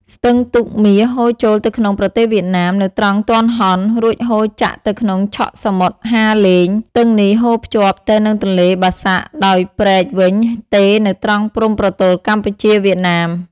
ស្ទឹងទូកមាស ហូរចូលទៅក្នុងប្រទេសវៀតណាម នៅត្រង់ទាន់ហន់ រួចហូរចាក់ទៅក្នុងឆកសមុទ្រហាឡេង ស្ទឹងនេះហូរភ្ជាប់ទៅនឹងទន្លេបាសាក់ដោយព្រែកវិញទេរនៅត្រង់ព្រំប្រទល់កម្ពុជា-វៀតណាម។